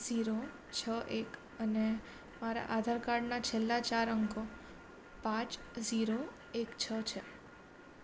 zero છ એક અને મારા આધાર કાર્ડના છેલ્લા ચાર અંકો પાંચ ઝીરો એક છ છે